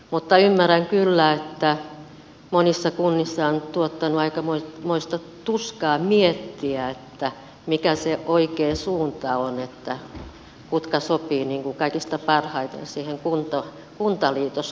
mutta ymmärrän kyllä että monissa kunnissa on tuottanut aikamoista tuskaa miettiä mikä se oikea suunta on kutka sopivat kaikista parhaiten siihen kuntaliitoskavereiksi